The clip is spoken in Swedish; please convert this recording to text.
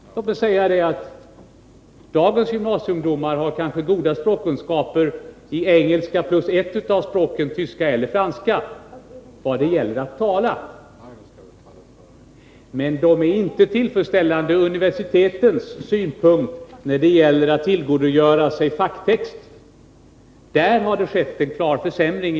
Dagens gymnasieungdomar har kanske goda språkkunskaper i engelska och ett av språken tyska och franska när det gäller att tala. Men det är inte tillfredsställande språkkunskaper från universitetens synpunkt när det gäller att tillgodogöra sig facktext. På den punkten har det skett en klar försämring.